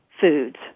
foods